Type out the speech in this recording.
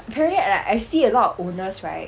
apparently I like I see a lot of owners right